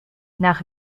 nach